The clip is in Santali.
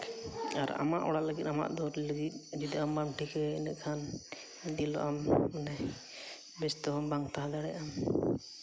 ᱟᱨ ᱟᱢᱟᱜ ᱚᱲᱟᱜ ᱞᱟᱹᱜᱤᱫ ᱟᱢᱟᱜ ᱫᱩᱣᱟᱹᱨ ᱞᱟᱹᱜᱤᱫ ᱡᱩᱫᱤ ᱟᱢ ᱵᱟᱢ ᱴᱷᱤᱠᱟᱹᱭᱟ ᱮᱸᱰᱮᱠᱷᱟᱱ ᱵᱮᱥ ᱛᱮᱦᱚᱸ ᱵᱟᱢ ᱛᱟᱦᱮᱸ ᱫᱟᱲᱮᱭᱜᱟᱜ ᱟᱢ